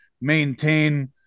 maintain